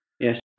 Yes